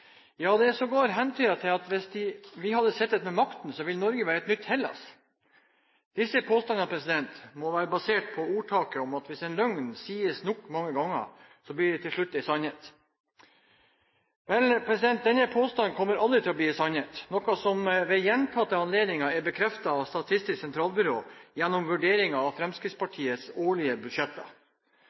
Ja, det er sågar hentydet at hvis vi hadde sittet med makten, ville Norge ha vært et nytt Hellas. Disse påstandene må være basert på ordtaket om at hvis en løgn sies mange nok ganger, blir den til slutt en sannhet. Vel, denne påstanden kommer aldri til å bli en sannhet, noe som ved gjentatte anledninger er bekreftet av Statistisk sentralbyrå, gjennom vurdering av Fremskrittspartiets årlige budsjetter.